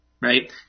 right